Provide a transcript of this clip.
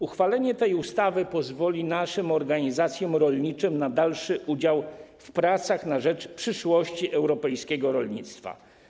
Uchwalenie tej ustawy pozwoli naszym organizacjom rolniczym na dalszy udział w pracach na rzecz przyszłości europejskiego rolnictwa.